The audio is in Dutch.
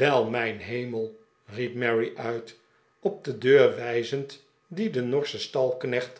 wel mijn hemel ri ep mary uit op de deur wijzend die de norsche